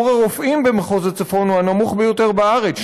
שיעור הרופאים במחוז הצפון הוא הנמוך ביותר בארץ,